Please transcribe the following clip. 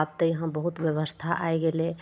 आब तऽ यहाँ बहुत व्यवस्था आइ गेलय